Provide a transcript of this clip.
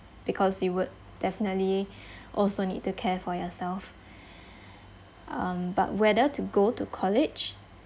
because you would definitely also need to care for yourself um but whether to go to college